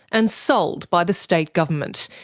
and sold by the state government,